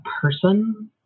person